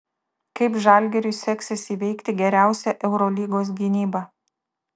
kaip žalgiriui seksis įveikti geriausią eurolygos gynybą